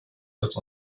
dass